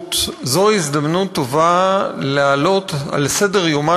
הבריאות זו הזדמנות טובה להעלות על סדר-יומה